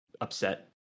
upset